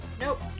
Nope